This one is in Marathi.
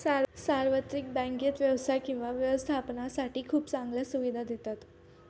सार्वत्रिक बँकेत व्यवसाय किंवा व्यवस्थापनासाठी खूप चांगल्या सुविधा देतात